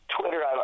Twitter